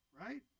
right